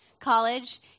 college